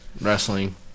Wrestling